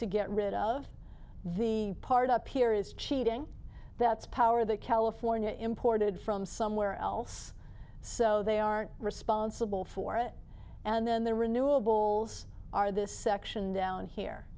to get rid of the part up here is cheating that's power that california imported from somewhere else so they aren't responsible for it and then there renewables are this section down here